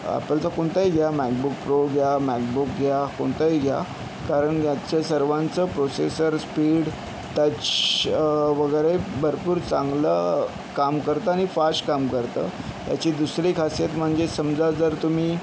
ॲपलचा कोणताही घ्या MacBook Pro Pro घ्या मॅकबुक घ्या कोणताही घ्या कारण याच्या सर्वांचं प्रोसेसर स्पीड टच वगैरे भरपूर चांगलं काम करतं आणि फाष्ट काम करतं याची दुसरी खासियत म्हणजे समजा जर तुम्ही